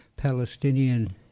Palestinian